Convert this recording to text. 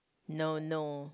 no no